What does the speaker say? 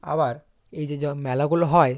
আবার এই যে য মেলাগুলো হয়